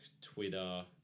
Twitter